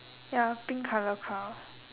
ya pink color crown